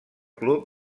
club